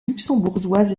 luxembourgeoise